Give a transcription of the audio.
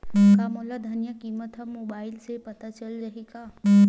का मोला धनिया किमत ह मुबाइल से पता चल जाही का?